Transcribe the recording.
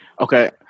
Okay